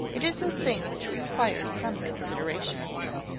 it is a thing which requires some consideration, you know.